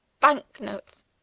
banknotes